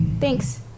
Thanks